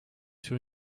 sur